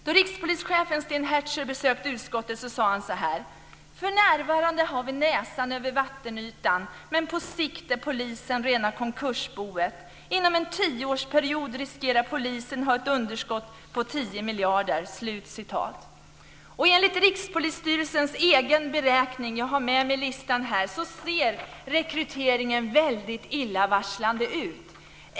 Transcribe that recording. Då rikspolischefen Sten Heckscher besökte utskottet sade han: För närvarande har vi näsan över vattenytan, men på sikt är polisen rena konkursboet. Inom en tioårsperiod riskerar polisen att ha ett underskott på 10 miljarder. Enligt Rikspolisstyrelsens egna beräkningar - jag har med mig listan här - ser rekryteringen illavarslande ut.